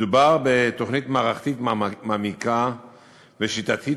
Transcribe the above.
מדובר בתוכנית מערכתית מעמיקה ושיטתית,